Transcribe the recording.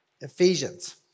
Ephesians